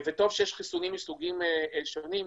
טוב שיש חיסונים מסוגים שונים.